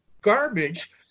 garbage